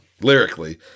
lyrically